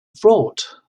fraught